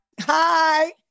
Hi